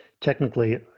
technically